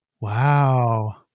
Wow